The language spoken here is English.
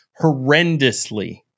horrendously